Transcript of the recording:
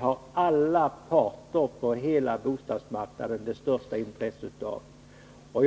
har alla parter på hela bostadsmarknaden det största intresset av.